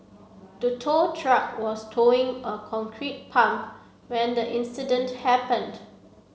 the tow truck was towing a concrete pump when the incident happened